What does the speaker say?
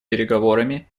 переговорами